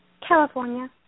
California